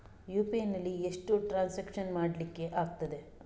UPI ನಲ್ಲಿ ಎಷ್ಟು transaction ಮಾಡ್ಲಿಕ್ಕೆ ಆಗ್ತದೆ?